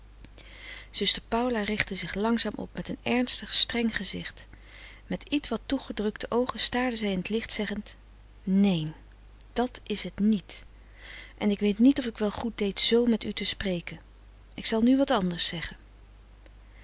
zuster paula richtte zich langzaam op met een ernstig streng gezicht met ietwat toegedrukte oogen staarde zij in t licht zeggend neen dat is het niet en ik weet niet of ik wel goed deed z met u te spreken ik zal nu wat anders zeggen